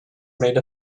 made